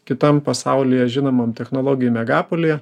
kitam pasaulyje žinomam technologijų megalopolyje